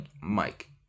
Mike